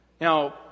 Now